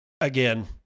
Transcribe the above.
again